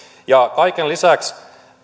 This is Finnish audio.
kaiken lisäksi on